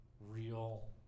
real